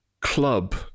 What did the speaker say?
club